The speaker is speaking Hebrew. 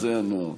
זה הנוהג.